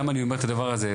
למה אני אומר את הדבר הזה,